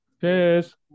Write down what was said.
Cheers